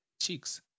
cheeks